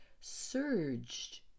surged